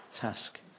task